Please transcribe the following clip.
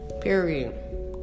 Period